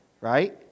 Right